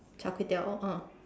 Char-Kway-Teow ah